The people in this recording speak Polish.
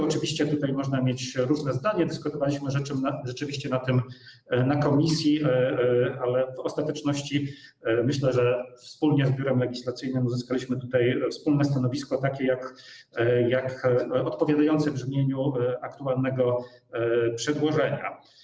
Oczywiście tutaj można mieć inne zdanie, dyskutowaliśmy rzeczywiście nad tym na posiedzeniu komisji, ale w ostateczności myślę, że wspólnie z Biurem Legislacyjnym uzyskaliśmy tutaj wspólne stanowisko odpowiadające brzmieniu aktualnego przedłożenia.